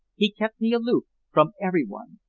he kept me aloof from everyone.